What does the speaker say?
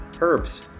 herbs